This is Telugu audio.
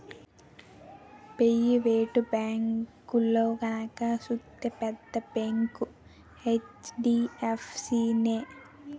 పెయివేటు బేంకుల్లో గనక సూత్తే పెద్ద బేంకు హెచ్.డి.ఎఫ్.సి నే